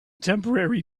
temporary